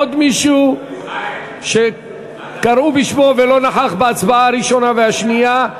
עוד מישהו שקראו בשמו ולא נכח בהצבעה הראשונה והשנייה?